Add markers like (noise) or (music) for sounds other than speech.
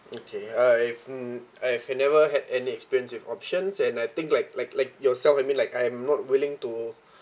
(noise) okay I've n~ I've I never had any experience with options and I think like like like yourself I mean like I'm not willing to